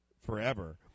forever